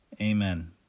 Amen